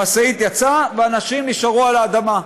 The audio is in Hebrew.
המשאית יצאה ואנשים נשארו על האדמה".